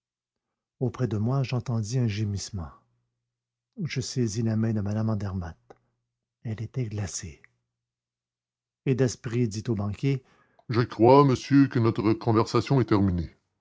auprès de moi j'entendis un gémissement je saisis la main de mme andermatt elle était glacée et daspry dit au banquier je crois monsieur que notre conversation est terminée